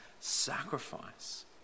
sacrifice